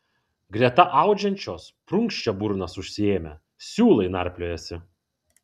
greta audžiančios prunkščia burnas užsiėmę siūlai narpliojasi